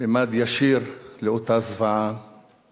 ממד ישיר לאותה זוועה